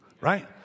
right